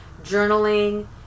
journaling